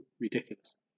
ridiculous